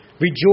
Rejoice